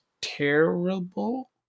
terrible